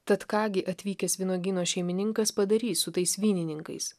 tad ką gi atvykęs vynuogyno šeimininkas padarys su tais vynininkais